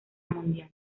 mundial